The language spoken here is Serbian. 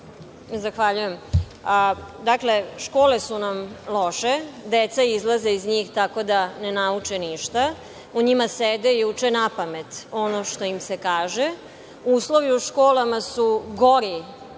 Zahvaljujem. Dakle, škole su nam loše. Deca izlaze iz njih tako da ne nauče ništa. U njima sede i uče napamet ono što im se kaže. Uslovi u školama su gori